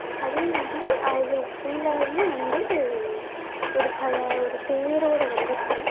அதேமாரி அதுக்குள்ளேயும் வந்து ஒரு கலை ஒரு தேரோட வடிவத்தில்